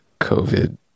covid